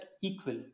equal